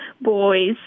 boys